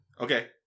Okay